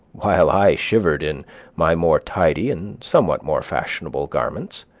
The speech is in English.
while i shivered in my more tidy and somewhat more fashionable garments,